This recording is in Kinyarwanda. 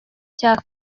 cya